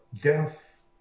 death